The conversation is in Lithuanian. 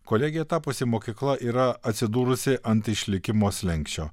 kolegija tapusi mokykla yra atsidūrusi ant išlikimo slenksčio